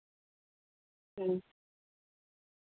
ᱦᱩᱸ